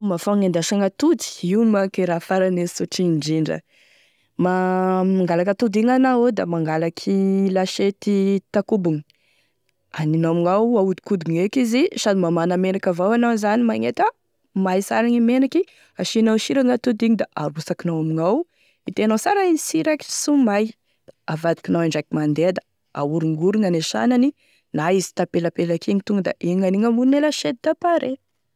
Fomba fagnendasagny atody io manko e farany e sotry indrindra mangalaky atody igny anao da mangalaky lasety takobogny aninao amignao aodikodigny eky izy sady mamana menaky avao anao zany agnenty ah may sara gne menaky asianao sira gn'atody igny da arotsakinao amignao hitenao sara izy tsy hiraikitra sy ho may da avaikinao indraiky mandeha da ahorongorony ane sanany na izy tapelapelaky igny tonda igny gn'anigny ambony e lasety da pare.